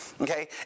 okay